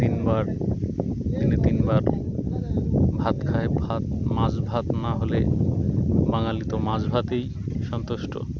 তিনবার দিনে তিনবার ভাত খায় ভাত মাছ ভাত না হলে বাঙালি তো মাছ ভাতেই সন্তুষ্ট